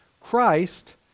christ